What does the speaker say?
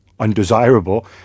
undesirable